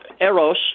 eros